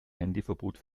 handyverbot